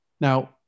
Now